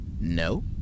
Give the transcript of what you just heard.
No